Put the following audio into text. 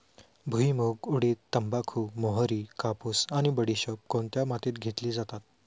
भुईमूग, उडीद, तंबाखू, मोहरी, कापूस आणि बडीशेप कोणत्या मातीत घेतली जाते?